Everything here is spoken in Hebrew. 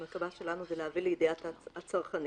המגמה שלנו היא להביא לידיעת הצרכנים.